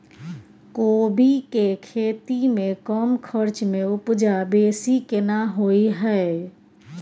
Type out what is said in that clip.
कोबी के खेती में कम खर्च में उपजा बेसी केना होय है?